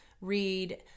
read